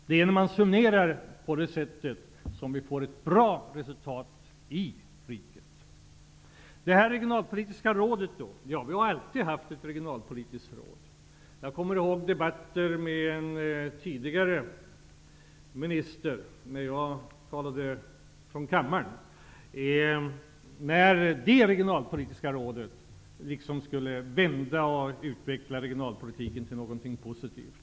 Det är när man resonerar på detta sätt som vi får ett bra resultat i riket. Vi har alltid haft ett regionalpolitiskt råd. Jag kommer ihåg debatter i kammaren med en tidigare minister. Det då aktuella regionalpolitiska rådet skulle vända och utveckla regionalpolitiken till någonting positivt.